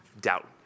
Doubt